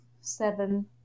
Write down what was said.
seven